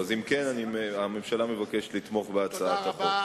אם כן, הממשלה מבקשת לתמוך בהצעת החוק.